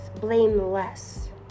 blameless